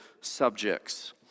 subjects